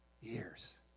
years